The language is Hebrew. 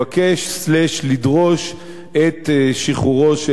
לדרוש את שחרורו של יהונתן פולארד.